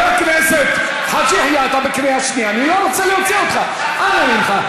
(חבר הכנסת איימן עודה יוצא מאולם המליאה.)